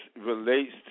relates